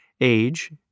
age